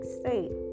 state